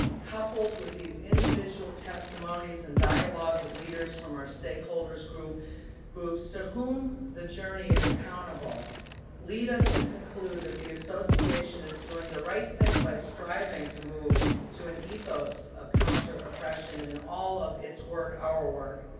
coupled with these individual testimonies in dialogue with leaders from our stakeholders groups groups to whom the journey is accountable lead us to conclude that the association is doing the right thing by striving to move to an ethos of counter oppression in all of its work, our work,